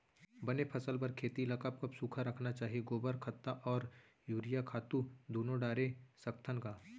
बने फसल बर खेती ल कब कब सूखा रखना चाही, गोबर खत्ता और यूरिया खातू दूनो डारे सकथन का?